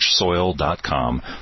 richsoil.com